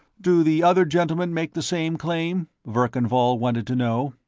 do the other gentlemen make the same claim? verkan vall wanted to know.